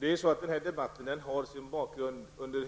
Herr talman! Den här debatten har sin bakgrund i